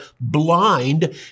blind